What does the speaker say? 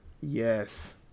Yes